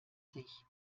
sich